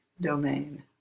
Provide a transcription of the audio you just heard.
domain